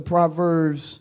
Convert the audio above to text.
Proverbs